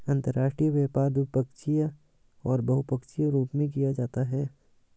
अंतर्राष्ट्रीय व्यापार द्विपक्षीय और बहुपक्षीय रूप में किया जाता है